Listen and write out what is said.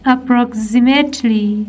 Approximately